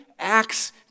acts